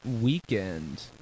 weekend